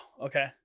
Okay